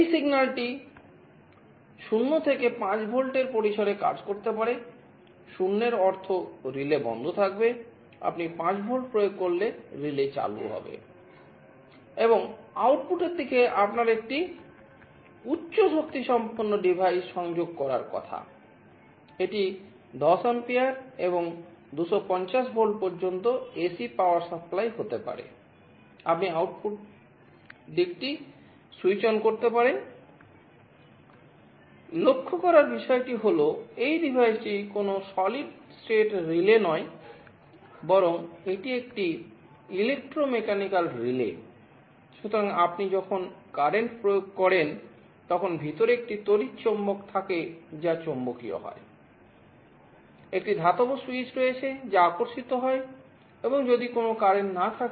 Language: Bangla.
এই সিগন্যাল ব্যবহার করে এটি বন্ধ হয়ে যায়